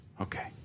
Okay